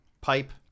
pipe